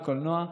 בקולנוע,